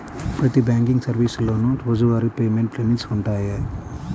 ప్రతి బ్యాంకింగ్ సర్వీసులోనూ రోజువారీ పేమెంట్ లిమిట్స్ వుంటయ్యి